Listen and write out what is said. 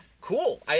cool